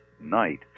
night